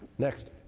next.